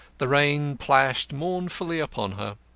the rain plashed mournfully upon her,